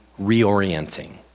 reorienting